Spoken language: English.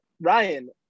Ryan